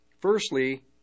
firstly